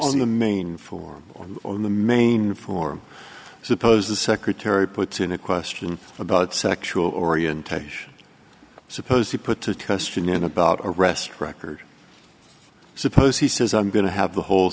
in the main form or in the main form suppose the secretary put in a question about sexual orientation supposed to put to test in about arrest record suppose he says i'm going to have the whole